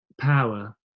power